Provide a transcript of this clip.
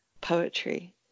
poetry